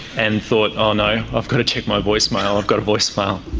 and thought, oh no, i've got to check my voicemail, i've got a voicemail.